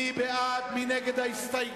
מי בעד, מי נגד ההסתייגות?